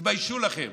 תתביישו לכם.